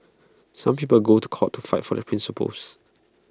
some people go to court to fight for their principles